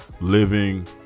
living